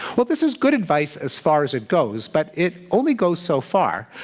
well, this is good advice as far as it goes, but it only goes so far,